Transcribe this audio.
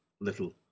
little